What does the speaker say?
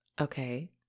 Okay